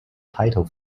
title